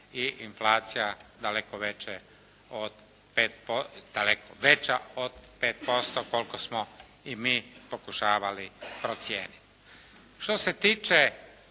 i inflacija daleko veća od 5% koliko smo i mi pokušavali procijeniti.